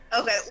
Okay